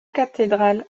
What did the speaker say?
cathédrale